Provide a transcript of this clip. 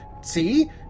See